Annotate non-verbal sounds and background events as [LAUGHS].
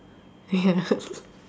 ya [LAUGHS]